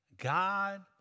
God